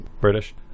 British